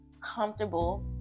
comfortable